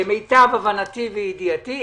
למיטב הבנתי וידיעתי,